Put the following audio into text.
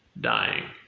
dying